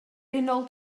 unol